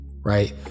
right